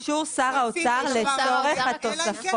--- אבל כתוב "באישור שר האוצר לצורך התוספות".